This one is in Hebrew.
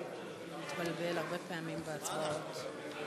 תרבות וספורט,